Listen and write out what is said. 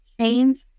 change